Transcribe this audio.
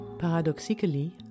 Paradoxically